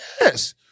yes